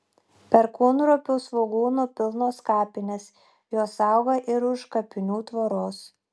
perkūnropių svogūnų pilnos kapinės jos auga ir už kapinių tvoros